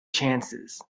chances